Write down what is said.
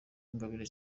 uwingabire